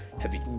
heavy